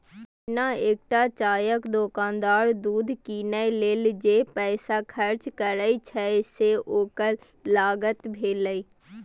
जेना एकटा चायक दोकानदार दूध कीनै लेल जे पैसा खर्च करै छै, से ओकर लागत भेलै